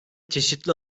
çeşitli